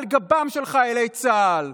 על גבם של חיילי צה"ל,